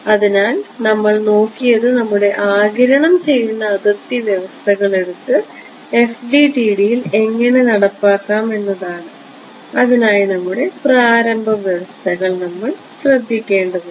അതിനാൽ നമ്മൾ നോക്കിയത് നമ്മുടെ ആഗിരണം ചെയ്യുന്ന അതിർത്തി വ്യവസ്ഥകൾ എടുത്ത് FDTD ൽ എങ്ങനെ നടപ്പാക്കാം എന്നതാണ് അതിനായി നമ്മുടെ പ്രാരംഭ അവസ്ഥകൾ നമ്മൾ ശ്രദ്ധിക്കേണ്ടതുണ്ട്